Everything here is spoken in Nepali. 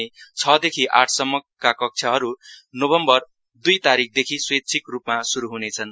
भने छ देखि आठ सम्मका कक्षहरू नोभेम्बर दुई तारिकदेखि स्वेच्छिकरूपमा सुरू हुनेछन्